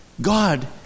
God